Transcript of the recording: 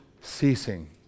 ceasing